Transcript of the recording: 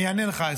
אני אענה לך,